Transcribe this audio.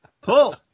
Pull